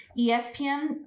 ESPN